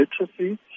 literacy